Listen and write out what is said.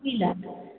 புரியல